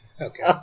Okay